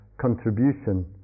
contribution